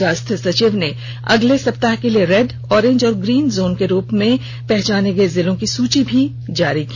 स्वास्थ्य सचिव ने अगले सप्ताह के लिए रेड ओरेंज और ग्रीन जोन के रूप में पहचाने गए जिलों की सूची भी जारी की